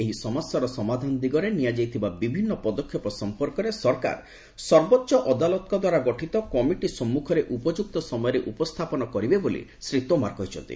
ଏହି ସମସ୍ୟାର ସମାଧାନ ଦିଗରେ ନିଆଯାଇଥିବା ବିଭିନ୍ନ ପଦକ୍ଷେପ ସମ୍ପର୍କରେ ସରକାର ସର୍ବୋଚ୍ଚ ଅଦାଲତଙ୍କ ଦ୍ୱାରା ଗଠିତ କମିଟି ସମ୍ମୁଖରେ ଉପଯୁକ୍ତ ସମୟରେ ଉପସ୍ଥାପନ କରିବେ ବୋଲି ଶ୍ରୀ ତୋମାର କହିଛନ୍ତି